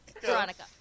veronica